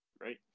right